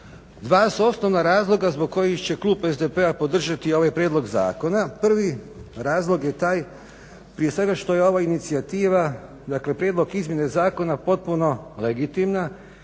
Dva su osnovna razloga zbog kojih će klub SDP-a podržati ovaj prijedlog zakona. Prvi razlog je taj prije svega što je ova inicijativa dakle prijedlog izmjene zakona potpuno legitimna,